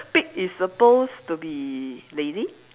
pig is supposed to be lazy